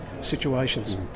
situations